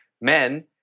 men